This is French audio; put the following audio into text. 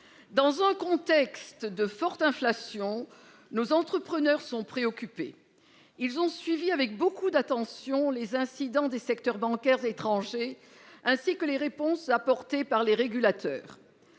Dans un contexte de forte inflation, nos entrepreneurs sont préoccupés. Ils ont suivi avec beaucoup d'attention les incidents des secteurs bancaires étrangers, ainsi que les réponses apportées par les régulateurs.